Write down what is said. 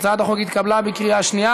הצעת החוק התקבלה בקריאה שנייה.